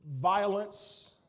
violence